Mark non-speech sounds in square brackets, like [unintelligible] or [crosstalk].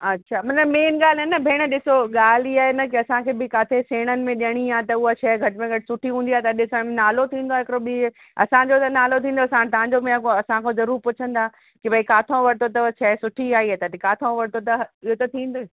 अच्छा मतलबु मेन ॻाल्हि आहे न भेण ॾिसो ॻाल्हि इहा आहे न कि असांखे बि काथे सेणनि में ॾियणी आहे त उहा शइ घटि में घटि सुठी हूंदी आहे त ॾिसण में नालो थींदो आहे हिकिड़ो ॿीं असांजो त नालो थींदो साणि तव्हांजो बि [unintelligible] असां खां ज़रूरु पुछंदा कि भई काथऊं वरितो अथव शइ सुठी आहे त किथां वरितो अथव इहो त थींदो ई